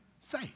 say